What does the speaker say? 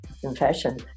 confession